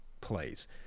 plays